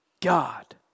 God